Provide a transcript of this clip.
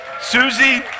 Susie